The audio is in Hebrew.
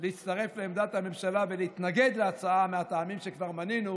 להצטרף לעמדת הממשלה ולהתנגד להצעה מהטעמים שכבר מנינו,